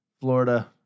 Florida